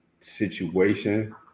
situation